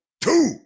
two